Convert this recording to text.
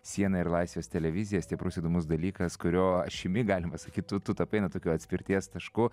siena ir laisvės televizija stiprus įdomus dalykas kurio ašimi galim pasakyt tu tu tapai na tokiu atspirties tašku